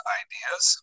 ideas